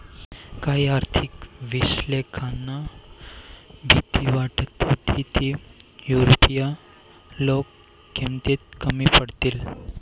काही आर्थिक विश्लेषकांना भीती वाटत होती की युरोपीय लोक किमतीत कमी पडतील